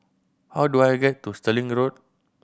how do I get to Stirling Road